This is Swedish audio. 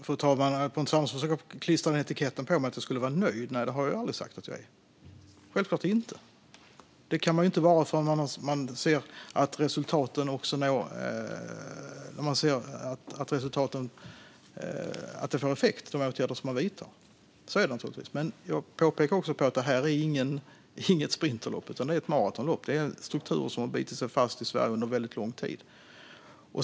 Fru talman! Pontus Andersson försöker klistra på mig etiketten att jag skulle vara nöjd. Nej, det har jag inte sagt att jag är. Självklart är jag inte nöjd. Det kan man inte vara förrän man ser att de åtgärder man vidtar också har effekt. Så är det naturligtvis. Men jag pekar också på att detta inte är något sprinterlopp utan ett maratonlopp. Det handlar om en struktur som har bitit sig fast i Sverige under väldigt lång tid.